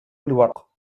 الورق